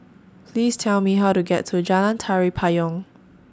Please Tell Me How to get to Jalan Tari Payong